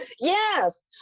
yes